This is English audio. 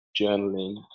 journaling